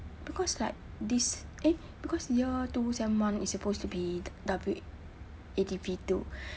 because like this eh because year two sem one is supposed to be W_A_D_P two